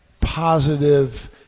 positive